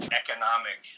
economic